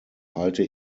halte